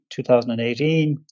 2018